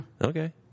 Okay